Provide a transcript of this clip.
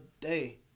day